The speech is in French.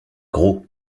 gros